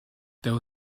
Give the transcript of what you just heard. there